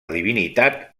divinitat